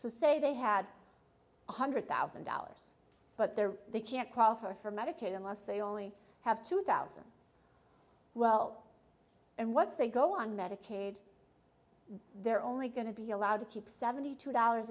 so say they had one hundred thousand dollars but there they can't qualify for medicaid unless they only have two thousand well and once they go on medicaid they're only going to be allowed to keep seventy two dollars